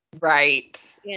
Right